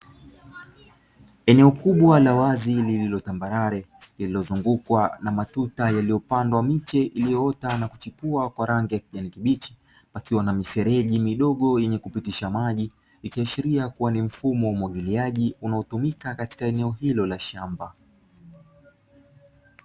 Eneo kubwa la wazi lililo tambarare, lililozungukwa na matuta yaliyopandwa miche iliyoota na kuchipua kwa rangi ya kijani kibichi, pakiwa na mifereji midogo yenye kupitisha maji, ikiashiria kuwa ni mfumo wa umwagiliaji unaotumika katika eneo hilo la shamba.